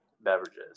beverages